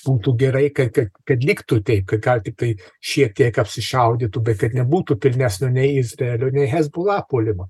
būtų gerai kad kad kad liktų tai kai ką tiktai šiek tiek apsišaudytų bet ir nebūtų pilnesnio nei izraelio nei hezbollah puolimo